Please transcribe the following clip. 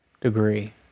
degree